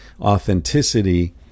authenticity